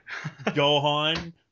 Gohan